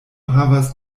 havas